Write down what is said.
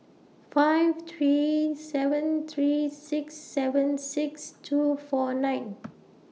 five three seven three six seven six two four nine